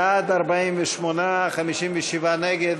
בעד 48, 57 נגד,